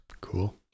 cool